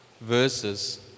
verses